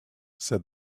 said